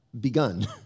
begun